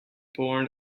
born